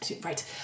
Right